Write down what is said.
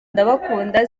ndabakunda